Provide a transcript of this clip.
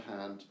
hand